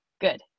Good